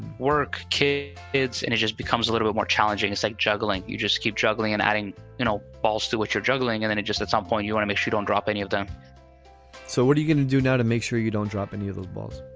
work, kids. it's. and it just becomes a little bit more challenging. it's like juggling. you just keep juggling and adding you know balls to what you're juggling. and then it just at some point you may shoot on drop any of them so what are you going to do now to make sure you don't drop and you lose balls?